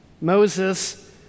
Moses